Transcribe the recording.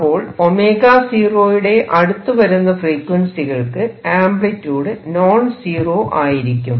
അപ്പോൾ 𝞈0 യുടെ അടുത്തുവരുന്ന ഫ്രീക്വൻസികൾക്ക് ആംപ്ലിട്യൂഡ് നോൺസീറോ ആയിരിക്കും